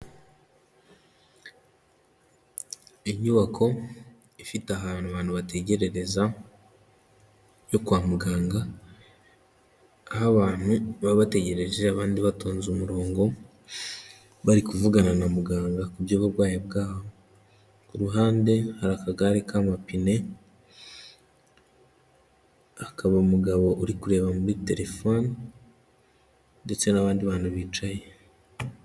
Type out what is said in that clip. Inyubako ifite ahantu abantu bategererereza yo kwa muganga, aho abantu baba bategereje abandi batonze umurongo bari kuvugana na muganga ku by'uburwayi bwabo, ku ruhande hari akagare k'amapine, hakaba umugabo uri kureba muri telefoni ndetse n'abandi bantu bicaye.